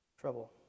trouble